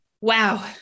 Wow